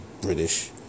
British